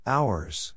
Hours